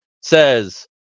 Says